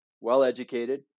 well-educated